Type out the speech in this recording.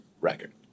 record